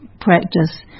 practice